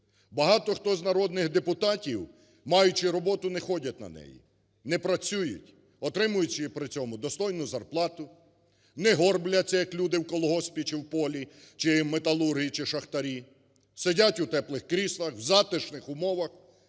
Багато хто з народних депутатів, маючи роботу, не ходять на неї, не працюють, отримуючи при цьому достойну зарплату, не горбляться, як люди в колгоспі чи в полі, чи металурги, чи шахтарі, сидять у теплих кріслах, в затишних умовах.